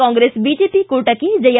Congress BJP ಕೂಟಕ್ಕೆ ಜಯ